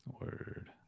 Word